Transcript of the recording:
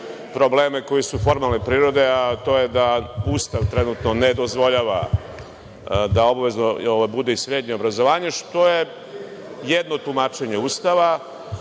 probleme koji su formalne prirode, a to je da Ustav trenutno ne dozvoljava da obavezno bude i srednje obrazovanje, što je jedno tumačenje Ustava.